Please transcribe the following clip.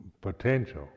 potential